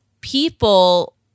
people